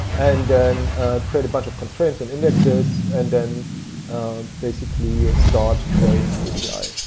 and then create a bunch of constraints and indexes and then basically ah start creating the api.